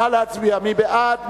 נא להצביע, מי בעד?